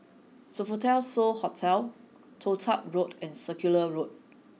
Sofitel So Hotel Toh Tuck Road and Circular Road